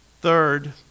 Third